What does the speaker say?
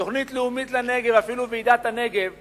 תוכנית לאומית לנגב, אפילו ועידת הנגב הבאה,